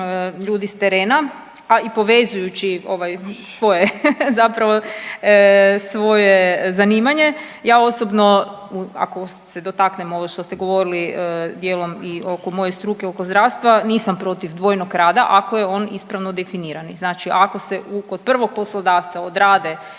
ljudi s terena, a i povezujući ovaj svoje zapravo zanimanje, ja osobno ako se dotaknem ovo što ste govorili dijelom i oko moje struke, oko zdravstva nisam protiv dvojnog rada ako je on ispravno definirani, znači ako se u kod prvog poslodavca odrade